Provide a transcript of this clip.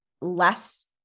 less